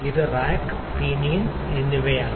ഇത് rack pinion എന്നിവയാണ്